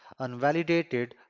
unvalidated